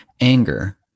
anger